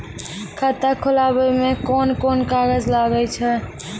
खाता खोलावै मे कोन कोन कागज लागै छै?